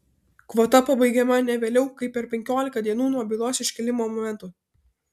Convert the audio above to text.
kvota pabaigiama ne vėliau kaip per penkiolika dienų nuo bylos iškėlimo momento